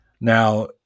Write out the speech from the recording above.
Now